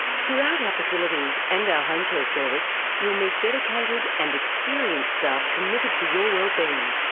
throughout our facilities and our homecare service you will meet dedicated and experienced staff committed to your wellbeing.